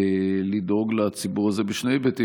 לדאוג לציבור הזה בשני היבטים.